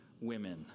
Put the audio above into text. women